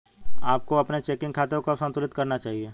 आपको अपने चेकिंग खाते को कब संतुलित करना चाहिए?